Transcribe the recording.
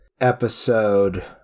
episode